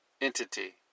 entity